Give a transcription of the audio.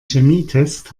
chemietest